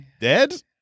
dead